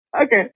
Okay